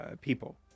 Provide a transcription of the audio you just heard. people